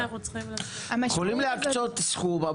יכולים להקצות סכום,